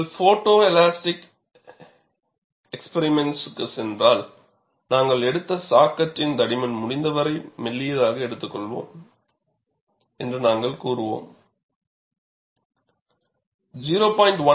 நீங்கள் photo elastic எஸ்பிரிமெண்ட்ஸ்க்கு சென்றால் நாங்கள் எடுத்த சா கட்டின் தடிமன் முடிந்தவரை மெல்லியதாக எடுத்துக்கொள்வோம் என்று நாங்கள் கூறுவோம் 0